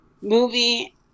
movie